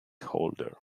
holder